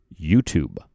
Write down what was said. YouTube